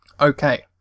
Okay